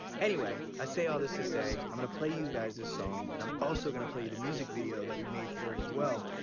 anyway, i say all this to say i'm gonna play you guys this song, and i'm also gonna play you the music video that we made for it as well.